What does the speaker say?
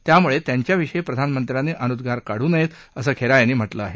त्यामुळे त्यांच्याविषयी प्रधानमंत्र्यांनी अनुद्गार काढू नयेत असं खेरा यांनी म्हटलं आहे